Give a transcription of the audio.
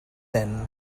then